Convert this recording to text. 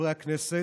חברי הכנסת,